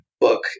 book